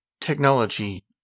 technology